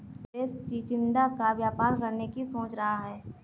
सुरेश चिचिण्डा का व्यापार करने की सोच रहा है